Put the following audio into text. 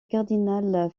cardinal